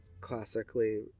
classically